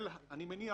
אני מניח